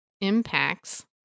impacts